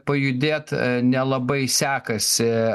pajudėt nelabai sekasi